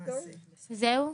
זהו?